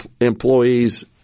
employees